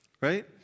Right